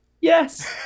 Yes